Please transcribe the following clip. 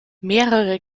mehrere